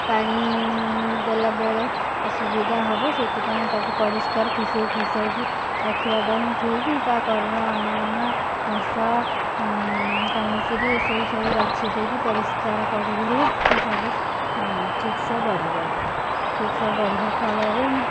ପାଣି ଦେଲା ବେଳେ ଅସୁବିଧା ହେବ ସେଇଥିପାଇଁ ତାକୁ ପରିସ୍କାର ଖୁସାଇ ଖୁସା କି ରଖିବାଟା ହିଁ ଠିକ୍ ତା କର ଅନାବନା ଘାସ କାନିସିରି ଏସବୁ ସବୁ ବାଛି ଦେଇକି ପରିସ୍କାର କରିଦେଲେ ସେ ସବୁ ଠିକ୍ ସେ ବଢ଼ିବ ଠିକ୍ ସେ ବଢ଼ିବା ଫଳରେ